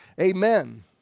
Amen